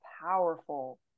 powerful